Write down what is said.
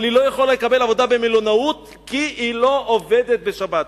אבל היא לא יכולה לקבל עבודה במלונאות כי היא לא עובדת בשבת.